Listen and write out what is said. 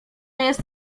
jest